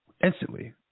Instantly